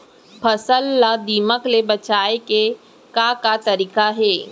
फसल ला दीमक ले बचाये के का का तरीका हे?